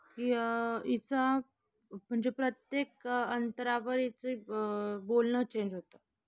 की हिचं म्हणजे प्रत्येक अंतरावर हिचं ब बोलणं चेंज होतं